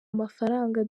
amafaranga